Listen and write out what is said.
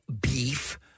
beef